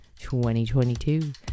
2022